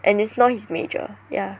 and it's not his major yeah